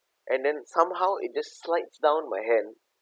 and then somehow it just slides down my hand